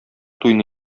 туйны